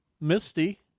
Misty